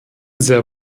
sehr